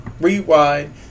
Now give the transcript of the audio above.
Rewind